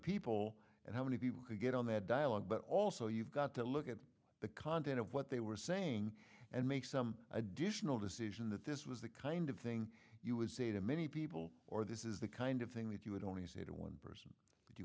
people and how many people could get on their dialogue but also you've got to look at the content of what they were saying and make some additional decision that this was the kind of thing you would say to many people or this is the kind of thing that you would only say to one person if you